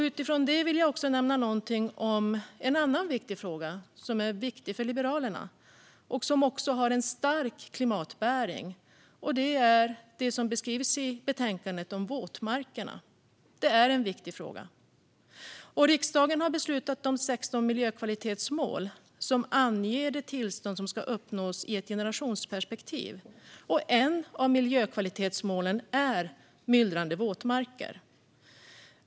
Utifrån det vill jag också nämna någonting om en annan fråga som är viktig för Liberalerna och som har en stark klimatbäring, nämligen det som beskrivs i betänkandet om våtmarkerna. Riksdagen har beslutat om 16 miljökvalitetsmål som anger det tillstånd som ska uppnås i ett generationsperspektiv. Ett av miljökvalitetsmålen är Myllrande våtmarker.